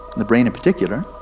the brain in particular,